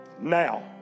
now